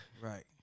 Right